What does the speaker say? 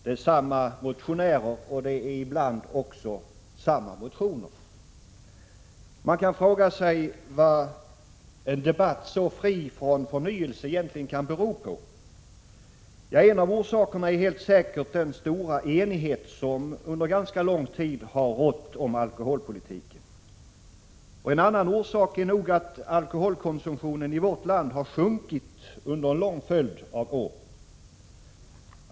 Det är samma motionärer och det är ibland också samma motioner. Man kan fråga sig vad en debatt så fri från förnyelse egentligen kan bero på. En av orsakerna är helt säkert den stora enighet som under ganska lång tid har rått om alkoholpolitiken. En annan är nog att alkoholkonsumtionen i vårt land har sjunkit under en lång följd av år.